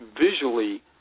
visually